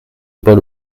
pas